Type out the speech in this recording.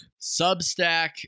Substack